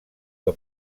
que